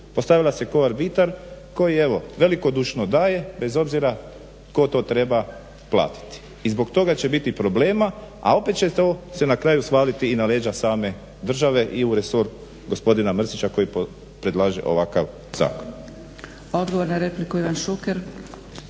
postavila se kao arbitar koji velikodušno daje bez obzira tko to treba platiti. I zbog toga će biti problema, a opet će se to na kraju svaliti i na leđa same države i u resor gospodina Mrsića koji predlaže ovakav zakon.